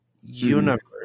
universe